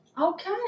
Okay